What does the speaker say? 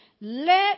let